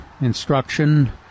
instruction